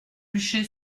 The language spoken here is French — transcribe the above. luché